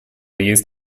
used